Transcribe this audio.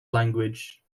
language